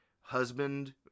husband